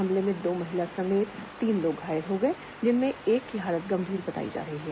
हमले में दो महिला सहित तीन लोग घायल हो गए जिनमें से एक की हालत गंभीर बताई जा रही है